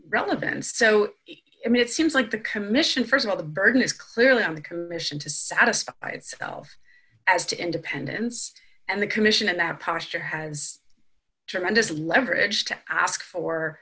relevance so it seems like the commission for some of the burden is clearly on the commission to satisfy itself as to independence and the commission and that posture has tremendous leverage to ask for